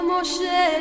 Moshe